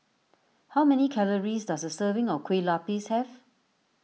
how many calories does a serving of Kueh Lupis have